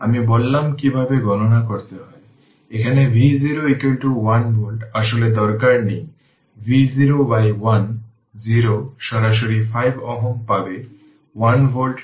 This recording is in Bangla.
সুতরাং V0 v C0 15 ভোল্ট মানে হল এই 15 এবং τ τ 2 সেকেন্ড